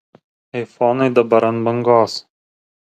aifonai dabar ant bangos